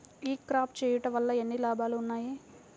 ఈ క్రాప చేయుట వల్ల ఎన్ని లాభాలు ఉన్నాయి?